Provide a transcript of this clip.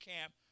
camp